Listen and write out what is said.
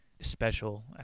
Special